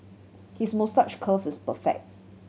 his moustache curl is perfect